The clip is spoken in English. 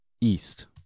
east